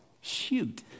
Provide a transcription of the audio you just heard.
shoot